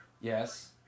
Yes